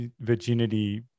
virginity